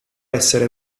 essere